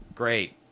Great